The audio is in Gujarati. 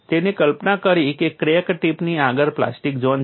તેણે કલ્પના કરી કે ક્રેક ટિપની આગળ પ્લાસ્ટિક ઝોન છે